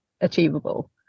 achievable